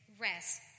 rest